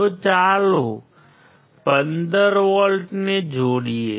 તો ચાલો 15 ને જોડીએ